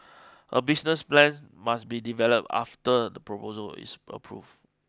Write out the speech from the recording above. a business plan must be developed after the proposal is approved